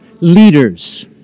leaders